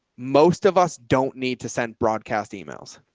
most of us don't need to send broadcast emails.